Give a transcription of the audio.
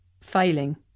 failing